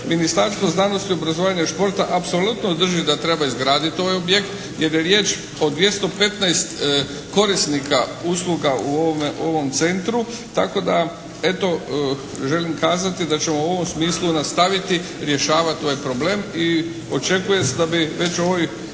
Ministarstvo znanosti, obrazovanja i športa apsolutno drži da treba izgraditi ovaj objekt jer je riječ o 215 korisnika usluga u ovome, u ovom centru. Tako da eto želim kazati da ćemo u ovom smislu nastaviti rješavati ovaj problem. I očekuje se da bi već u ovoj